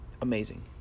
amazing